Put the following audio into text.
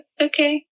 Okay